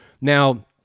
Now